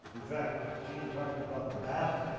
in fact, gene talked about the battle.